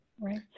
Right